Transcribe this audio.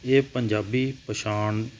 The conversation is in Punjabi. ਇਹ ਪੰਜਾਬੀ ਪਛਾਣ